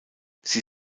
sie